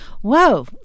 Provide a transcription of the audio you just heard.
Whoa